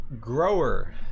Grower